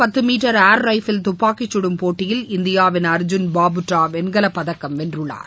பத்து metre air rifle துப்பாக்கிக்கும் போட்டியில் இந்தியாவின் அர்ஜுன் பாபுட்டா ஆடவர் வெண்கலப்பதக்கம் வென்றுள்ளார்